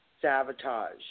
sabotage